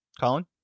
Colin